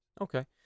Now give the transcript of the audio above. Okay